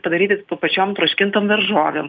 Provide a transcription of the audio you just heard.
padaryti pačiom troškintom daržovėm